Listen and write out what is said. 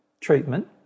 treatment